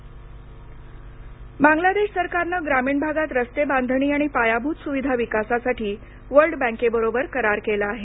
बांगलादेश बांगलादेश सरकारनं ग्रामीण भागात रस्ते बांधणी आणि पायाभूत सुविधा विकासासाठी वर्ल्ड बँकेबरोबर करार केला आहे